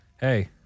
hey